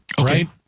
right